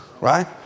right